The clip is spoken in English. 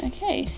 Okay